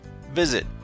Visit